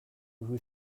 who